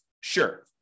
Sure